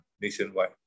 nationwide